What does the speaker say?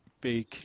big